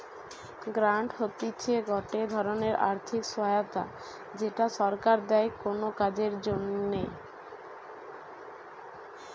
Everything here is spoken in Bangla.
গ্রান্ট হতিছে গটে ধরণের আর্থিক সহায়তা যেটা সরকার দেয় কোনো কাজের জন্যে